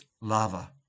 lava